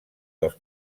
dels